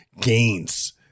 gains